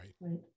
Right